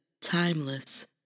Timeless